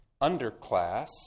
underclass